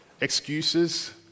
excuses